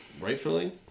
Rightfully